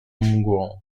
mgłą